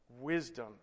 wisdom